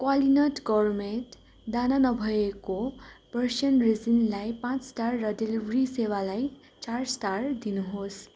Qualinut gourmet दाना नभएको Persian रिसिनलाई पाँच स्टार र डेलिभरी सेवालाई चार स्टार दिनुहोस्